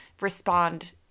respond